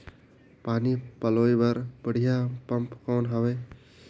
पानी पलोय बर बढ़िया पम्प कौन हवय?